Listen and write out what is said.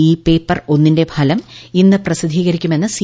E paper ഒന്നിന്റെ ഫലം പ്രസിദ്ധീകരിക്കുമെന്ന് സി